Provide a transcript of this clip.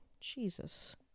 Jesus